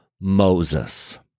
Moses